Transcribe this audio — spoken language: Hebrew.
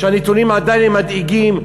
שהנתונים עדיין מדאיגים.